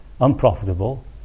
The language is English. unprofitable